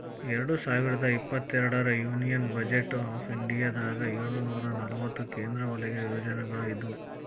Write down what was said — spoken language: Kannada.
ಎರಡ್ ಸಾವಿರದ ಇಪ್ಪತ್ತೆರಡರ ಯೂನಿಯನ್ ಬಜೆಟ್ ಆಫ್ ಇಂಡಿಯಾದಾಗ ಏಳುನೂರ ನಲವತ್ತ ಕೇಂದ್ರ ವಲಯ ಯೋಜನೆಗಳ ಇದ್ವು